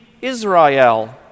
Israel